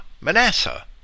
manasseh